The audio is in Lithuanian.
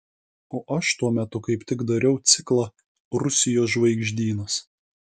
o aš tuo metu kaip tik dariau ciklą rusijos žvaigždynas